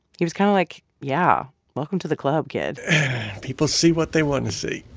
he was kind of like, yeah, welcome to the club, kid people see what they want to see.